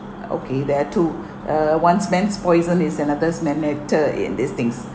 okay there are two uh one's man's poison is another's man nectar in these things